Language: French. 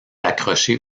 accroché